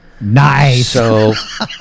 Nice